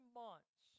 months